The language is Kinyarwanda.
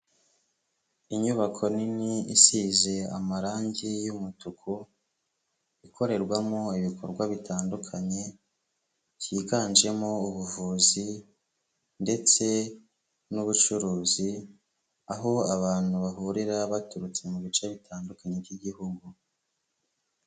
Inyubako nini isize amarangi y'umutuku ikorerwamo ibikorwa bitandukanye byiganjemo ubuvuzi ndetse n'ubucuruzi, aho abantu bahurira baturutse mu bice bitandukanye by'igihugu.